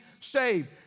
saved